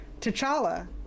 T'Challa